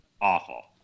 awful